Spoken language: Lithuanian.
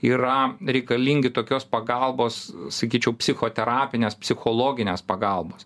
yra reikalingi tokios pagalbos sakyčiau psichoterapinės psichologinės pagalbos